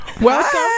Welcome